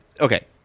Okay